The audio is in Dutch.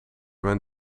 mijn